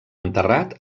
enterrat